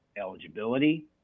eligibility